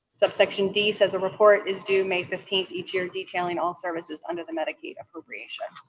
subsection d says a report is due may fifteenth each year detailing all services under the medicaid appropriation.